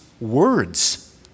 words